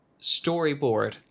storyboard